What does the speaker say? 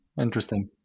Interesting